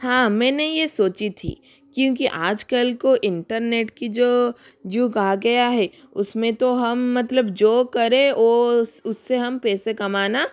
हाँ मैंने ये सोची थी क्योंकि आजकल को इंटरनेट की जो युग आ गया है उसमें तो हम मतलब जो करें ओ उससे हम पैसे कमाना